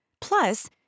Plus